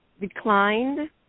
declined